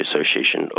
Association